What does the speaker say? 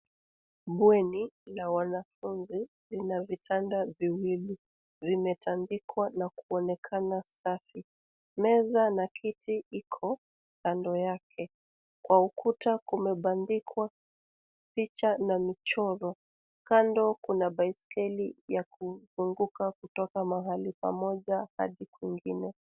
Bweni la wanafunzi lina vitanda viwili, vimetandikwa na kuonekana safi. Meza na kiti iko kando yake. Kwa ukuta kumebandikwa picha na michoro, kando kuna baiskeli ya kuzunguka kutoka mahali pamoja hadi kwingine.